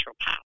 power